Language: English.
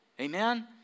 Amen